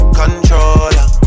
controller